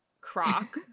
croc